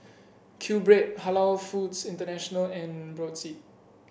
Q Bread Halal Foods International and Brotzeit